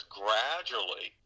gradually